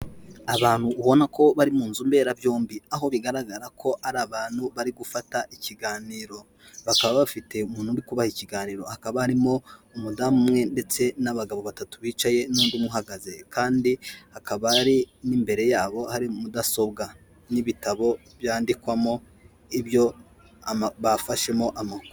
Abantu ubona ko bari mu nzu mbera byombi aho bigaragara ko ari abantu bari gufata ikiganiro, bakaba bafite umuntu uri kubaha ikiganiro akaba harimo umudamu umwe, ndetse n'abagabo batatu bicaye n'undi umwe uhagaze, kandi hakaba hari n'imbere yabo hari mudasobwa n'ibitabo byandikwamo ibyo bafashemo amakuru.